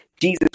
Jesus